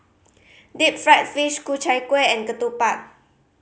deep fried fish Ku Chai Kueh and ketupat